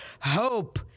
hope